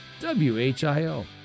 WHIO